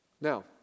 Now